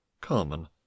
Carmen